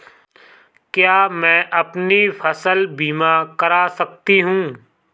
क्या मैं अपनी फसल बीमा करा सकती हूँ?